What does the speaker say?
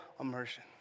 immersion